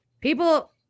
People